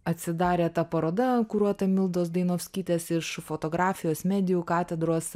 atsidarė ta paroda kuruota mildos dainovskytės iš fotografijos medijų katedros